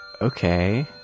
Okay